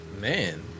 Man